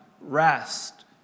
rest